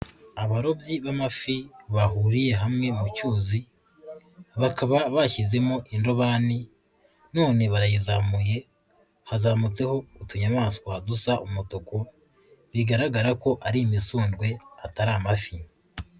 Abarobyi b'amafi bahuriye hamwe mu cyuzi, bakaba bashyizemo indobani none barayizamuye hazamutseho utunyamaswa dusa umutuku bigaragara ko ari imisundwe atari amafi.